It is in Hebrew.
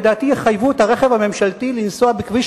לדעתי יחייבו את הרכב הממשלתי לנסוע בכביש